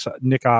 Nick